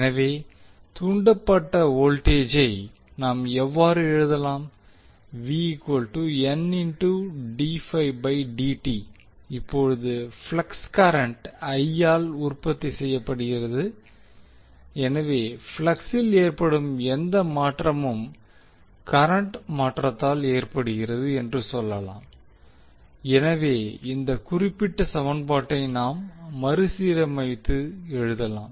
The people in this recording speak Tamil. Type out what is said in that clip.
எனவே தூண்டப்பட்ட வோல்டேஜை நாம் எவ்வாறு எழுதலாம் இப்போது ஃப்ளக்ஸ் கரன்ட் i ஆல் உற்பத்தி செய்யப்படுகிறது எனவே ஃப்ளக்ஸில் ஏற்படும் எந்த மாற்றமும் கரன்டின் மாற்றத்தால் ஏற்படுகிறது என்றும் சொல்லலாம் எனவே இந்த குறிப்பிட்ட சமன்பாட்டை நாம் மறுசீரமைத்து எழுதலாம்